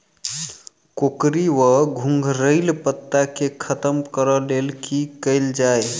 कोकरी वा घुंघरैल पत्ता केँ खत्म कऽर लेल की कैल जाय?